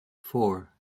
four